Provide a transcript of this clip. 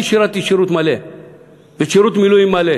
אני שירתתי שירות מלא ושירות מילואים מלא,